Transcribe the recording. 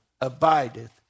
abideth